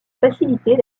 faciliter